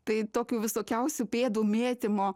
tai tokių visokiausių pėdų mėtymo